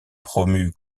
promu